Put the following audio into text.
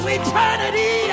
eternity